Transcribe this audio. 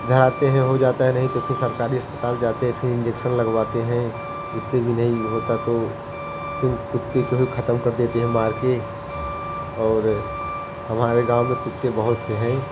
झारते हैं हो जाता है नहीं तो फ़िर सरकारी अस्पताल जाते फ़िर इंजेक्शन लगवाते हैं उससे भी नहीं होता तो फ़िर कुत्तें को ही ख़त्म कर देते हैं मारकर और हमारे गाँव में कुत्तें बहुत से हैं